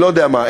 אני לא יודע מה,